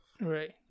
right